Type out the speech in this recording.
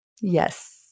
Yes